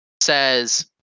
says